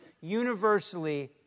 universally